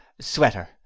Sweater